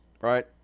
right